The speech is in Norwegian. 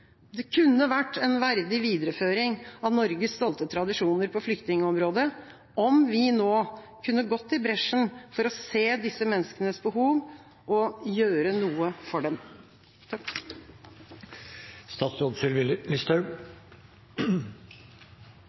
Det kunne vært en verdig videreføring av Norges stolte tradisjoner på flyktningområdet om vi nå kunne gått i bresjen for å se disse menneskenes behov og gjøre noe for dem.